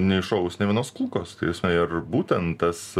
neiššovus nė vienos kulkos tasme ir būtent tas